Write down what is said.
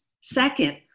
Second